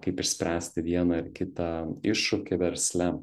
kaip išspręsti vieną ar kitą iššūkį versle